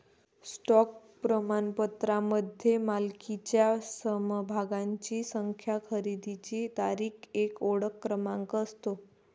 stock प्रमाणपत्रामध्ये मालकीच्या समभागांची संख्या, खरेदीची तारीख, एक ओळख क्रमांक असतो